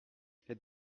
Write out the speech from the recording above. les